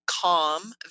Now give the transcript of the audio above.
calm